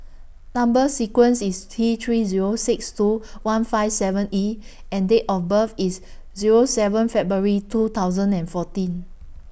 Number sequence IS T three Zero six two one five seven E and Date of birth IS Zero seven February two thousand and fourteen